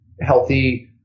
healthy